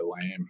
lame